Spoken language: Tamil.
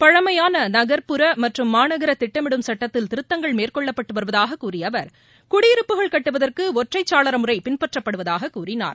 பழமையான நகர்ப்புற மற்றும் மாநகர திட்டமிடும் சுட்டத்தில் திருத்தங்கள் மேற்கொள்ளப்பட்டு வருவதாகக் கூறிய அவர் குடியிருப்புகள் கட்டுவதற்கு ஒற்றைச்சாளர முறை பின்பற்றப்படுவதாகக் கூறினார்